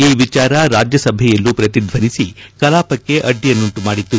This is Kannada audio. ಈ ವಿಚಾರ ರಾಜ್ಯಸಭೆಯಲ್ಲೂ ಪ್ರತಿದ್ದನಿಸಿ ಕಲಾಪಕ್ಷೆ ಅಡ್ಡಿಯನ್ನುಂಟುಮಾಡಿತು